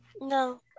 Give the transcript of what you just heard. no